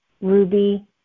Ruby